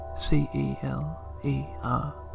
C-E-L-E-R